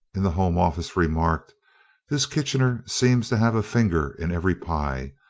in the home office, remarked this kitchener seems to have a finger in every pie.